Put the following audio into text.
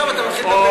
עכשיו אתה מתחיל לדבר.